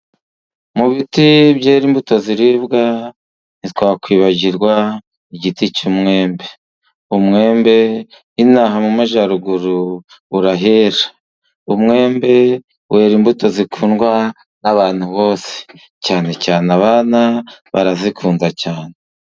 Mu biti byera imbuto ziribwa ntitwakwibagirwa igiti cy'umwembe, umwembe inaha mu majyaruguru urahera. Umwembe wera imbuto zikundwa n'abantu bose cyane cyane abana barazikunda cyane.